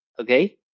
Okay